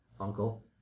uncle